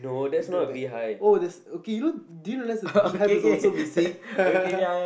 the bag oh there's okay you know do you realize the bee hive is also missing